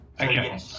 Okay